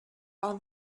all